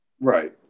right